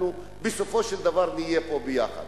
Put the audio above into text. אנחנו בסופו של דבר נהיה פה ביחד.